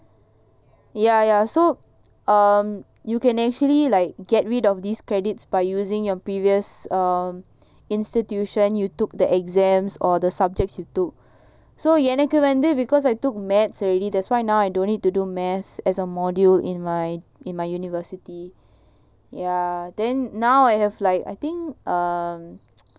ya ya so um you can actually like get rid of these credits by using your previous um institution you took the exams or the subjects you took so எனக்குவந்து:enaku vandhu because I took maths already that's why now I don't need to do math as a module in my in my university ya then now I have like I think um